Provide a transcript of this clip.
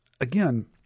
again